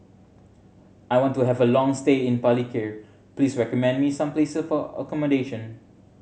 I want to have a long stay in Palikir please recommend me some place for accommodation